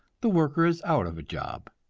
the worker is out of a job.